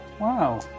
Wow